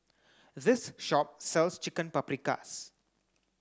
this shop sells Chicken Paprikas